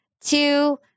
two